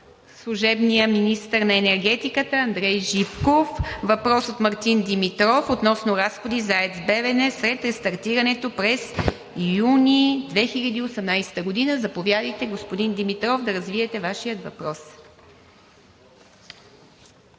служебния министър на енергетиката Андрей Живков. Въпрос от Мартин Димитров относно разходи за АЕЦ „Белене“ след рестартирането през юни 2018 г. Заповядайте, господин Димитров, да развиете Вашия въпрос.